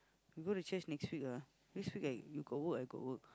go to church next week lah this week like you got work I got work